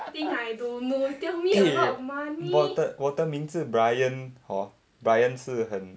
eh 我的我的名字 bryan hor bryan 是很